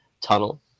tunnel